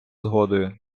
згодою